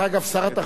אני שם לב,